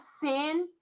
sin